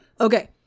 okay